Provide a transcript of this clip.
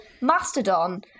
Mastodon